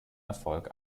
erfolg